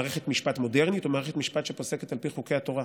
מערכת משפט מודרנית או מערכת משפט שפוסקת על פי חוקי התורה?